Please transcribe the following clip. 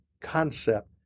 concept